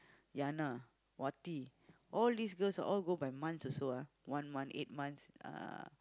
Yana Wati all these girls ah all go by months also lah one month eight months uh